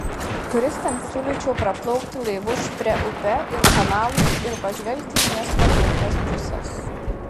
turistams siūlyčiau praplaukti laivu šprė upe ir kanalais ir pažvelgti į miestą nuo upės pusės